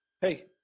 hey